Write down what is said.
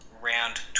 round